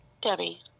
debbie